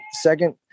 second